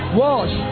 watch